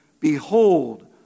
Behold